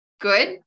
Good